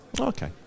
Okay